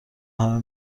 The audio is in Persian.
همه